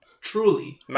truly